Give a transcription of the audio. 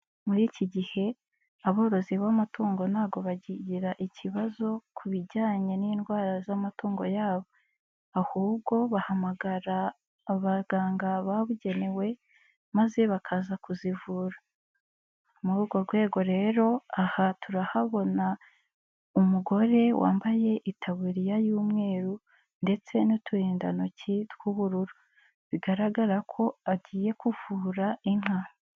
Muri iki gihe aborozi b'amatungo ntago bakigira ikibazo ku bijyanye n'indwara z'amatungo yabo, ahubwo bahamagara abaganga babugenewe, maze bakaza kuzivura . Muri urwo rwego rero aha turahabona umugore wambaye itaburiya y'umweru ndetse n'uturindantoki tw'ubururu, bigaragara ko agiye kuvura inka.